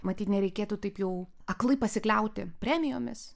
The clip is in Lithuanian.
matyt nereikėtų taip jau aklai pasikliauti premijomis